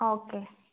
okay